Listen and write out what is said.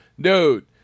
dude